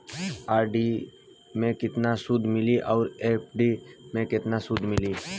RD मे केतना सूद मिली आउर एफ.डी मे केतना सूद मिली?